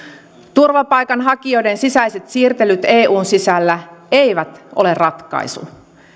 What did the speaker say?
turvapaikanhakijoiden sisäiset siirtelyt eun sisällä eivät ole ratkaisu